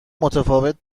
متفاوت